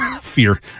fear